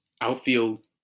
outfield